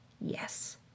Yes